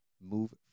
move